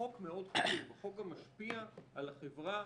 החוק מאוד חשוב, החוק גם משפיע על החברה